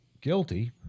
guilty